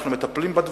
אנחנו מטפלים בדברים,